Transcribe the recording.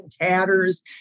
tatters